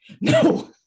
No